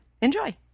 Enjoy